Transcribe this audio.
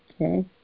Okay